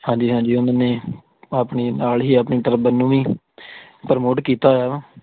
ਹਾਂਜੀ ਹਾਂਜੀ ਉਹਨਾਂ ਨੇ ਆਪਣੀ ਨਾਲ ਹੀ ਆਪਣੀ ਟਰਬਨ ਨੂੰ ਵੀ ਪ੍ਰਮੋਟ ਕੀਤਾ ਹੋਇਆ ਵਾ